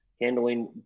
handling